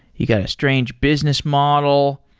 you got a strange business model.